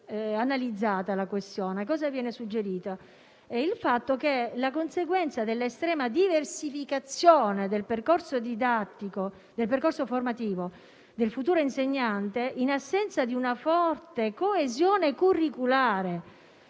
«la conseguenza della estrema diversificazione del percorso formativo del futuro insegnante, in assenza di una forte coesione curricolare,